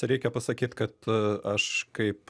reikia pasakyt kad aš kaip